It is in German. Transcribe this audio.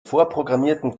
vorprogrammierten